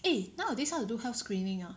eh nowadays how to do health screening ah